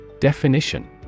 Definition